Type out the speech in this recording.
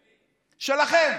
שלכם.